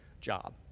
job